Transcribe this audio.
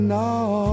now